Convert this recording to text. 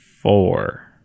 four